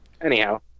Anyhow